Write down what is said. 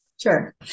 Sure